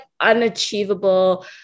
unachievable